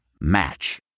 Match